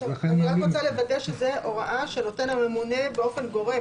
אני רק רוצה לוודא שזו הוראה שנותן הממונה באופן גורף.